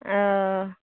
ᱟᱸᱻ